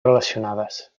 relacionades